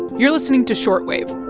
you're listening to short wave